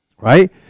Right